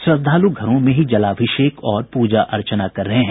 श्रद्धालु घरों में ही जलाभिषेक और पूजा अर्चना कर रहे हैं